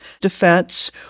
defense